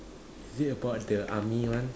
is it about the army one